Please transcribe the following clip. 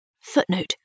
Footnote